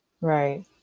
Right